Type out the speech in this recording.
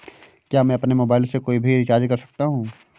क्या मैं अपने मोबाइल से कोई भी रिचार्ज कर सकता हूँ?